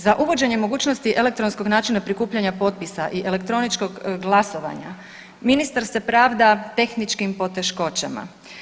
Za uvođenje mogućnosti elektronskog načina prikupljanja potpisa i elektroničkog glasovanja ministar se pravda tehničkim poteškoćama.